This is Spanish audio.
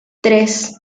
tres